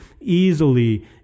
easily